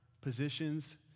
positions